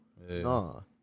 No